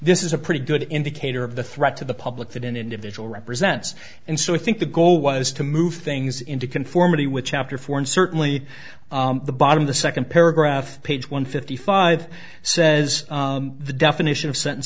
this is a pretty good indicator of the threat to the public that an individual represents and so i think the goal was to move things into conformity with chapter four and certainly the bottom the second paragraph page one fifty five says the definition of sentence